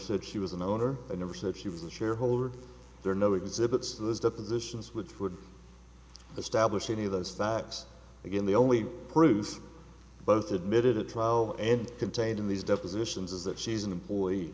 said she was an owner i never said she was a shareholder there are no exhibits those depositions which would establish any of those facts again the only proof both admitted at trial and contained in these depositions is that she's an employee